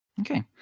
Okay